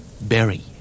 Berry